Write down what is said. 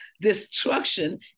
destruction